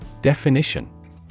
Definition